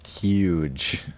huge